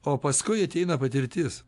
o paskui ateina patirtis